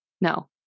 no